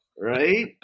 Right